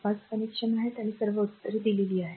5 connection आहेत आणि सर्व उत्तरे दिली आहेत